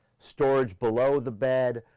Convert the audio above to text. storage below the bed,